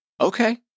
Okay